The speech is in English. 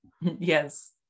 Yes